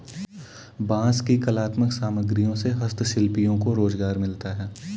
बाँस की कलात्मक सामग्रियों से हस्तशिल्पियों को रोजगार मिलता है